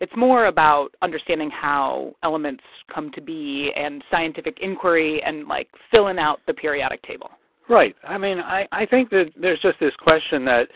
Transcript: it's more about understanding how elements come to be and scientific inquiry and, like, filling out the periodic table right. i mean, i i think there's just this question that